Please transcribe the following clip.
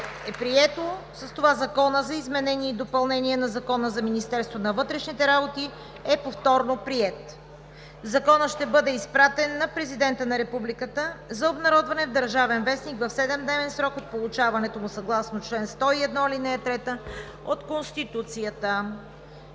е прието. С това Законът за изменение и допълнение на Закона за Министерството на вътрешните работи е повторно приет. Законът ще бъде изпратен на Президента на Републиката за обнародване в „Държавен вестник“ в седемдневен срок от получаването му съгласно чл. 101, ал. 3 от Конституцията.